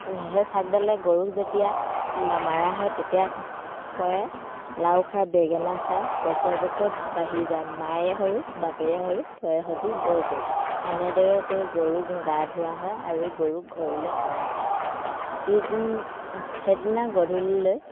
সেই চাকডালেৰে গৰুক যেতিয়া মাৰা হয় তেতিয়া কয় লাও খা বেগেনা খা বছৰে বছৰে বাঢ়ি যা মাইৰে সৰু বাপেৰে সৰু তই হ'বি বৰ গৰু সেনেদৰে কৈ গৰুক গা ধোৱা হয় আৰু গৰুক ঘৰলৈ অনা হয় পিছদিন সেইদিনা গধূলিলৈ